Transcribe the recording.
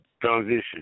Transition